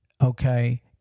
okay